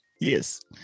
Yes